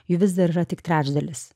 jų vis dar yra tik trečdalis